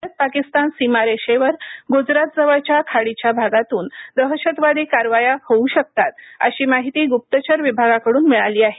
भारत पाकिस्तान सीमा रेषेवर ग्जरात जवळच्या खाडीच्या भागातून दहशतवादी कारवाया होऊ शकतात अशी माहिती ग्प्पचर विभागाकडून मिळाली आहे